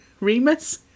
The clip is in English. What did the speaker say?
Remus